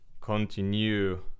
continue